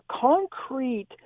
concrete